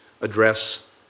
address